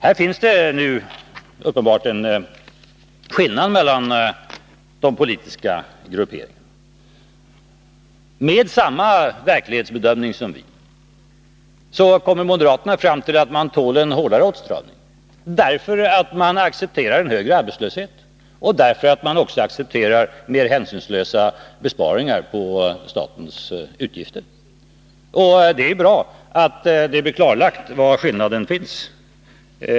Här finns uppenbarligen en skillnad mellan de politiska grupperingarna. Med samma verklighetsbedömning som vi kommer moderaterna fram till att vårt land tål en hårdare åtstramning — därför att de accepterar en högre arbetslöshet och också mer hänsynslösa besparingar på statens utgifter. Det är bra att det blir klarlagt var skillnaden finns.